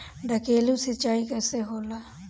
ढकेलु सिंचाई कैसे होला?